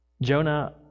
Jonah